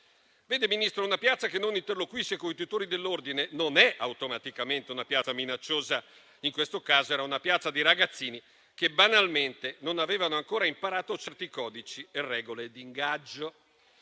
Vede, Ministro, una piazza che non interloquisce coi tutori dell'ordine non è automaticamente una piazza minacciosa; in questo caso, era una piazza di ragazzini che, banalmente, non avevano ancora imparato certi codici e regole d'ingaggio.